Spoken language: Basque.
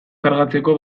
kargatzeko